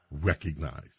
recognize